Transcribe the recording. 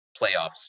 playoffs